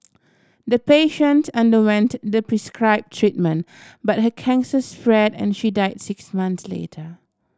the patient underwent the prescribe treatment but her cancer spread and she died six months later